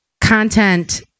content